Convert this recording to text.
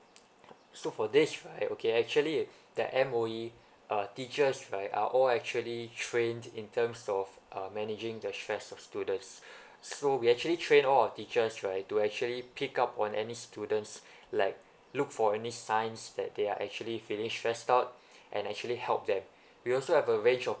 so for this right okay actually that M_O_E uh teachers right are all actually trained in terms of uh managing the stress of students so we actually train all our teachers right to actually pick up on any students like look for any signs that they are actually feeling stressed out and actually help them we also have a range of